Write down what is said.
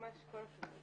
ממש כל הכבוד.